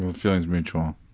and feeling's mutual.